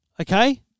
Okay